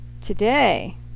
today